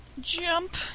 Jump